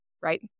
Right